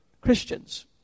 Christians